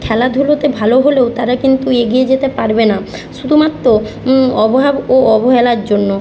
খেলাধুলোতে ভালো হলেও তারা কিন্তু এগিয়ে যেতে পারবে না শুধুমাত্র অভাব ও অবহেলার জন্য